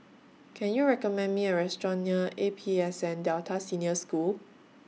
Can YOU recommend Me A Restaurant near A P S N Delta Senior School